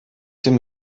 dem